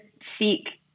seek